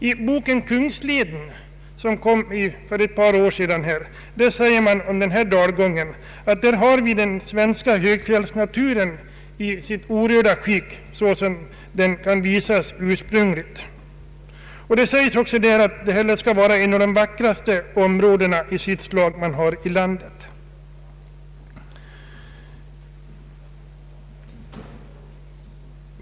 I boken ”Kungsleden”, som kom ut för ett par år sedan, sägs om denna dalgång, att man där har den svenska högfjällsnaturen i sitt orörda skick såsom den kan visas ursprunglig. Det sägs också att detta skall vara ett av de vackraste områden i sitt slag som vi har här i landet.